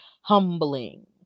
humbling